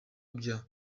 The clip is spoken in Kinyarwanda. bya